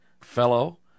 fellow